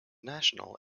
national